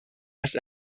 erst